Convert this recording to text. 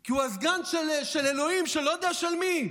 כי הוא הסגן של אלוהים, של לא יודע של מי,